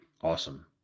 Awesome